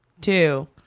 two